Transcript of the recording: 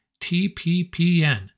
TPPN